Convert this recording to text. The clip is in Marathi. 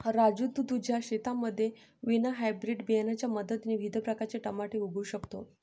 राजू तू तुझ्या शेतामध्ये विना हायब्रीड बियाणांच्या मदतीने विविध प्रकारचे टमाटे उगवू शकतो